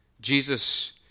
Jesus